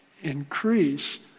increase